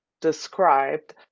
described